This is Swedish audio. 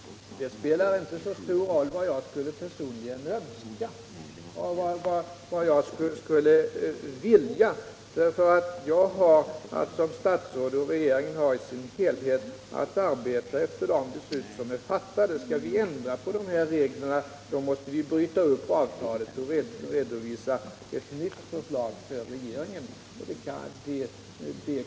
Det spe!ar inte så stor roll vad jag personligen önskar. Jag har som statsråd — och det gäller hela regeringen — att arbeta efter de beslut som har fattats. För att ändra dessa regler måste vi säga upp avtalet och redovisa ett nytt förslag för riksdagen.